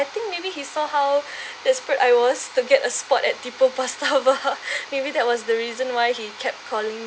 I think maybe he saw how desperate I was to get a spot at people pasta bar maybe that was the reason why he kept calling